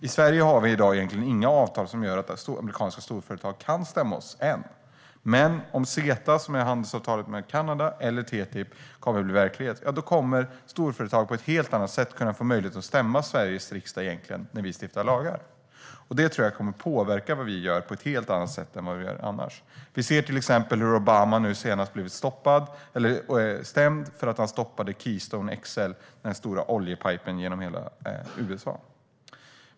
I Sverige har vi egentligen inga avtal som gör att amerikanska storföretag kan stämma oss - än. Men om CETA, som är handelsavtalet med Kanada, eller TTIP blir verklighet kommer storföretag att få helt andra möjligheter att stämma Sveriges riksdag när vi stiftar lagar. Det tror jag kommer att påverka vad vi gör på ett helt annat sätt än vad vi upplever nu. Vi ser till exempel hur Obama har blivit stämd för att han stoppade Keystone XL, den stora oljepipelinen genom hela USA.